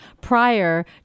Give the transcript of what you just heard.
prior